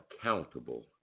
accountable